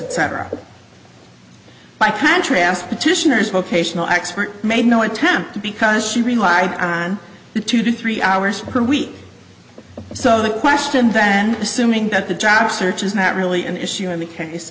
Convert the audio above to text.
etc by contrast petitioner's vocational expert made no attempt to because she relied on the two to three hours per week so the question then assuming that the job search is not really an issue in the case